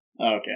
Okay